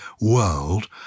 world